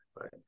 right